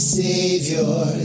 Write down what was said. savior